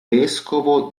vescovo